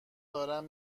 دارم